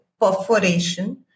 perforation